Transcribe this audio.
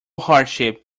hardship